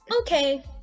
Okay